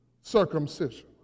circumcision